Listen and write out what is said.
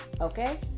Okay